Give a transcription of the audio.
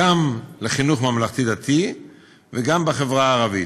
גם לחינוך הממלכתי-דתי וגם לחברה הערבית.